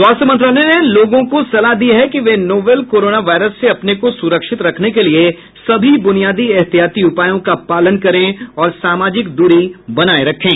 स्वास्थ्य मंत्रालय ने लोगों को सलाह दी है कि वे नोवल कोरोना वायरस से अपने को सुरक्षित रखने के लिए सभी ब्रनियादी एहतियाती उपायों का पालन करें और सामाजिक दूरी बनाए रखें